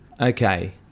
Okay